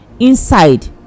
inside